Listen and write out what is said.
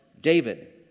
David